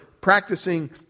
practicing